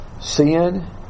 Sin